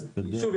אז שוב,